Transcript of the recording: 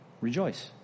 Rejoice